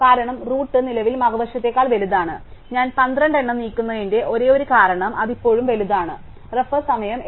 കാരണം റൂട്ട് നിലവിൽ മറുവശത്തേക്കാൾ വലുതാണ് ഞാൻ 12 എണ്ണം നീക്കുന്നതിന്റെ ഒരേയൊരു കാരണം അത് ഇപ്പോഴും വലുതാണ് റഫർ സമയം 0818